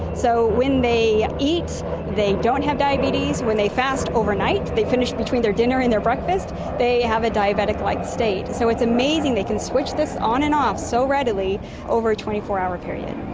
so when they eat they don't have diabetes, when they fast overnight they finish between their dinner and their breakfast they have a diabetic-like state. so it's amazing, they can switch this on and off so readily over a twenty four hour period.